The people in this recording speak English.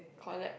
collect